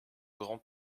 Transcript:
grand